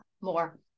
more